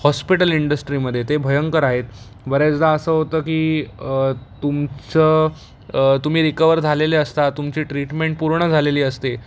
hospital इंडस्ट्रीमध्ये ते भयंकर आहेत बऱ्याचदा असं होतं की तुमचं तुम्ही रिकव्हर झालेले असता तुमची ट्रीटमेंट पूर्ण झालेली असते